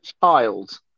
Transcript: child